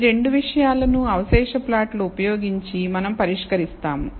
ఈ 2 విషయాలను అవశేష ప్లాట్లు ఉపయోగించి మనం పరిష్కరిస్తాము